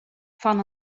fan